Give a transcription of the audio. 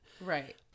Right